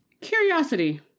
Curiosity